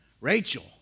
Rachel